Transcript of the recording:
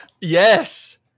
Yes